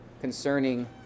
concerning